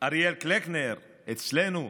אריאל קלנר, ואצלנו,